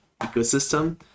ecosystem